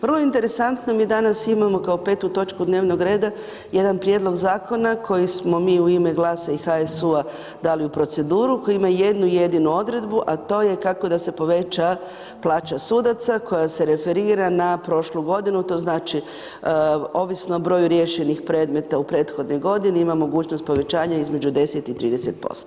Vrlo interesantno mi danas imamo kao 5 točku dnevnog reda, jedan prijedlog zakona koji smo mi u ime GLAS-a i HSU-a dali u proceduru, koji ima jednu jedinu odredbu, a to je kako da se poveća plaća sudaca koja se referira na prošlu godinu, to znači, ovisno o broju riješenih predmeta u prethodnoj godini, ima mogućnost povećanja između 10 i 30%